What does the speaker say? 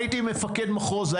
הייתי מפקד מחוז,